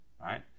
right